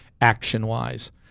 action-wise